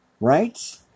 right